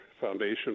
foundation